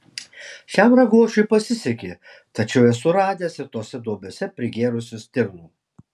šiam raguočiui pasisekė tačiau esu radęs ir tose duobėse prigėrusių stirnų